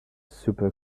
super